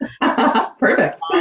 Perfect